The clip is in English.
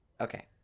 okay